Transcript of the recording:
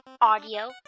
audio